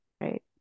right